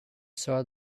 saw